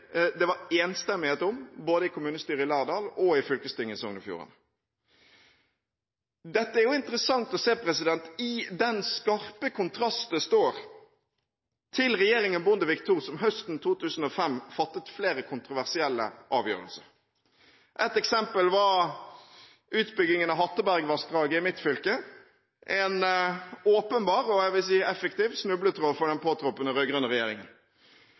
det var enstemmighet om i både kommunestyret i Lærdal og fylkestinget i Sogn og Fjordane. Dette er interessant å se i den skarpe kontrast det står til regjeringen Bondevik II, som høsten 2005 fattet flere kontroversielle avgjørelser. Et eksempel var utbyggingen av Hatteberg-vassdraget i mitt fylke, en åpenbar og – jeg vil si – effektiv snubletråd for den påtroppende rød-grønne regjeringen.